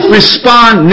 respond